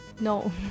No